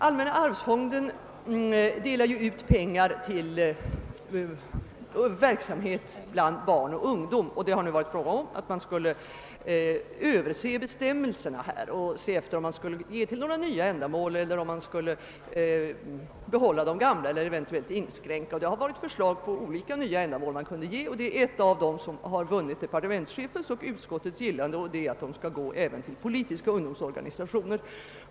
Allmänna arvsfonden delar ut pengar till verksamhet bland barn och ungdom, och det har nu varit fråga om att se över bestämmelserna och undersöka om man kunde ge pengar till nya ändamål, behålla de gamla eller eventuellt göra inskränkningar. Det har varit förslag om olika nya ändamål, av vilka ett har vunnit departementschefens och utskottets gillande, nämligen att pengar skall ges även till politiska ungdomsorganisationer.